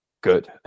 good